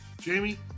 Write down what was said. Jamie